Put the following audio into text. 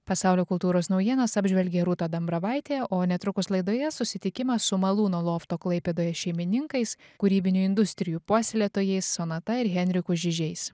pasaulio kultūros naujienas apžvelgė rūta dambravaitė o netrukus laidoje susitikimas su malūno lofto klaipėdoje šeimininkais kūrybinių industrijų puoselėtojais sonata ir henriku žižiais